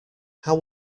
how